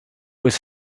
was